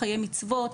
לחיי מצוות,